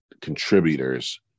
contributors